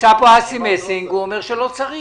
נמצא פה אסי מסינג, הוא אומר שלא צריך.